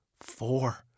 Four